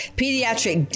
pediatric